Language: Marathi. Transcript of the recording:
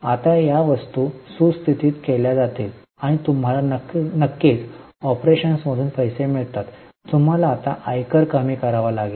आता या वस्तू सुस्थीत केल्या जातील आणि तुम्हाला नक्कीच ऑपरेशन्समधून पैसे मिळतात तुम्हाला आता आयकर कमी करावा लागेल